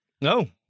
no